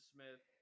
Smith